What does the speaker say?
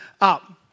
up